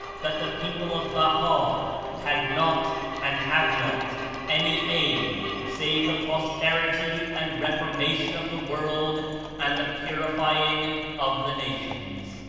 that the people of baha' had not and have not any aim save the prosperity and reformation of the world and the purifying of the nations.